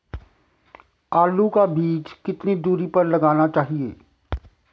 आलू का बीज कितनी दूरी पर लगाना चाहिए?